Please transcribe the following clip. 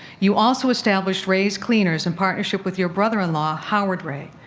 you also established ray's cleaner's, in partnership with your brother-in-law howard ray.